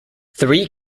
three